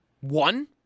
One